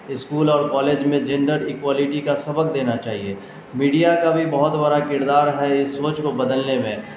school اور college میں gender equality کا سبق دینا چاہیے میڈیا کا بھی بہت بڑا کردار ہے اس سوچ کو بدلنے میں